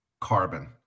carbon